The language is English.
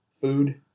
food